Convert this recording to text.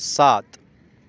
سات